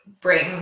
bring